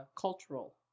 cultural